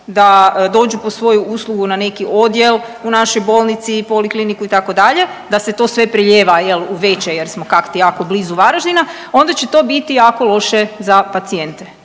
da dođu po svoju uslugu na neki odjel u našoj bolnici, polikliniku itd. da se to sve prelijeva jel u veće jer smo kakti jako blizu Varaždina onda će to biti jako loše za pacijente